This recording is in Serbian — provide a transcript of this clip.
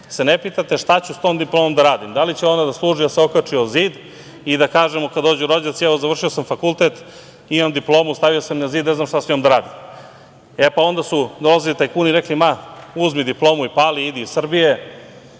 se ne pitate - šta ću sa tom diplomom da radim. Da li će ona da služi da se okači o zid i da kažemo, kada dođu rođaci, evo završio sam fakultet, imam diplomu, stavio sam je na zid, ali ne znam šta sa njom da radim. Onda su dolazili tajkuni i rekli, ma uzmi diplomu i pali, idi iz Srbije,